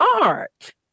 art